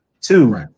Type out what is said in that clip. Two